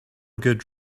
good